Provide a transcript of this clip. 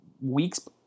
weeks